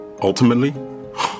Ultimately